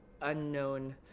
unknown